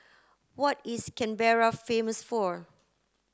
what is Canberra famous for